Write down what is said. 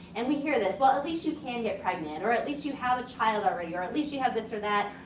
and we hear this, well at least you can get pregnant. or at least you have a child already. or at least you have this or that.